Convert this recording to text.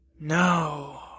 No